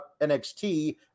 NXT